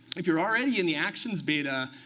if you're already in the actions beta,